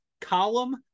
column